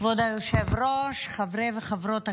כבוד היושב-ראש, חברי וחברות הכנסת,